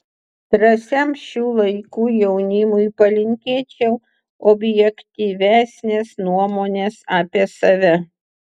drąsiam šių laikų jaunimui palinkėčiau objektyvesnės nuomonės apie save